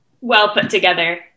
well-put-together